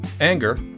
anger